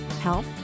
health